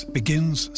begins